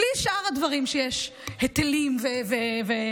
בלי שאר הדברים שיש עליהם היטלים ומיסוי.